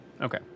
Okay